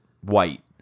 white